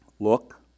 Look